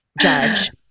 judge